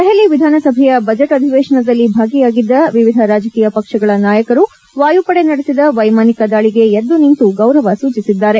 ದೆಹಲಿ ವಿಧಾನಸಭೆಯ ಬಜೆಟ್ ಅಧಿವೇಶನದಲ್ಲಿ ಭಾಗಿಯಾಗಿದ್ದ ವಿವಿಧ ರಾಜಕೀಯ ಪಕ್ಷಗಳ ನಾಯಕರು ವಾಯುಪಡೆ ನಡೆಸಿದ ವೈಮಾನಿಕ ದಾಳಿಗೆ ಎದ್ದುನಿಂತು ಗೌರವ ಸೂಚಿಸಿದ್ದಾರೆ